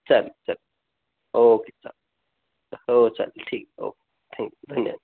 चालेल चालेल ओके चालेल हो चालेल ठीक ओके थॅँक्यू धन्यवाद